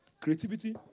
creativity